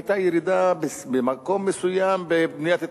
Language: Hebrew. היתה ירידה במקום מסוים בבניית התנחלויות,